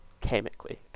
chemically